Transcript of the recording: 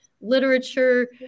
literature